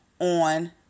on